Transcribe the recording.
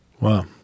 Wow